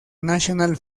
national